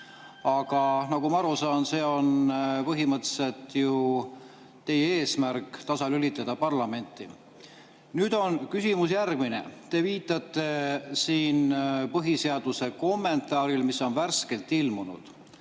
Aga nagu ma aru saan, siis teie eesmärk on tasalülitada parlamenti. Nüüd on küsimus järgmine. Te viitate siin põhiseaduse kommentaaridele, mis on värskelt ilmunud.